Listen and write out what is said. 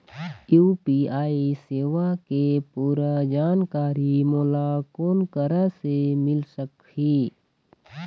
UPI सेवा के पूरा जानकारी मोला कोन करा से मिल सकही?